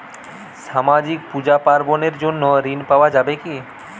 সামাজিক পূজা পার্বণ এর জন্য ঋণ পাওয়া যাবে কি?